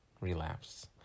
relapse